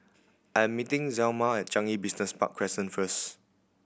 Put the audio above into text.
I'm meeting Zelma at Changi Business Park Crescent first